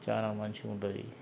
చాలా మంచిగుంటుంది